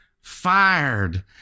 fired